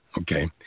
okay